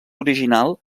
original